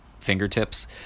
fingertips